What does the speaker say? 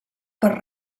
per